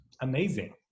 amazing